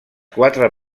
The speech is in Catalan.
quatre